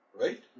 Right